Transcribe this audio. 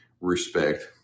respect